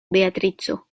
beatrico